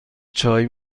چای